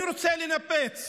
אני רוצה לנפץ